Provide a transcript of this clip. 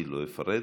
אני לא אפרט.